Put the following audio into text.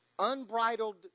Unbridled